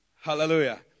Hallelujah